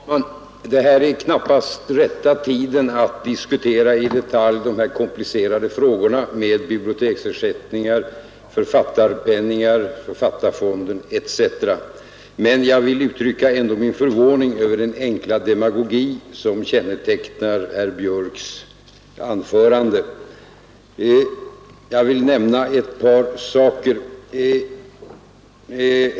Herr talman! Detta är knappast rätta tiden att i detalj diskutera dessa komplicerade frågor med biblioteksersättningar, författarpenningar, författarfonden etc. Men jag vill ändå uttrycka min förvåning över den enkla demagogi som kännetecknar herr Björks i Göteborg anförande. Jag vill ta upp ett par saker.